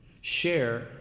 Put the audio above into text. share